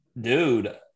dude